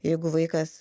jeigu vaikas